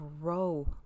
grow